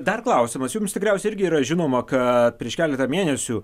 dar klausimas jums tikriausiai irgi yra žinoma ką prieš keletą mėnesių